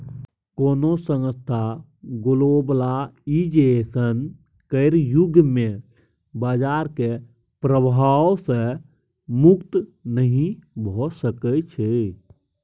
कोनो संस्थान ग्लोबलाइजेशन केर युग मे बजारक प्रभाव सँ मुक्त नहि भऽ सकै छै